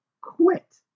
quit